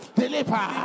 deliver